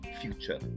future